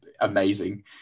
amazing